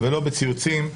ולא בציוצים,